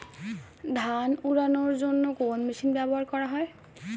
ধান উড়ানোর জন্য কোন মেশিন ব্যবহার করা হয়?